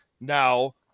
now